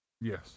yes